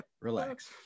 relax